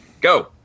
Go